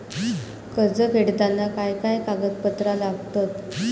कर्ज फेडताना काय काय कागदपत्रा लागतात?